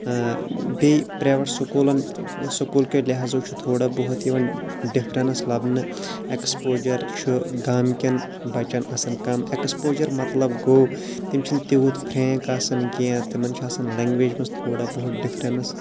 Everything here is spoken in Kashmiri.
بیٚیہِ پرایویٹ سکوٗلَن سکوٗل کیٚو لِحاظو چھ تھوڑا بہت یِوان ڈِفرَنٕس لَبنہٕ ایٚکسپوجَر چھُ گامکیٚن بَچَن آسان کَم ایٚکسپوجَر مَطلَب گوٚو تِم چھِنہٕ تیوٗت پھرینٛک آسان کینٛہہ تِمَن چھِ آسان لینٛگویج مَنٛز تھوڑا بہت ڈِفرَنٕس